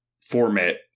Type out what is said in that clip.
format